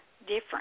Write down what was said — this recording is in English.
different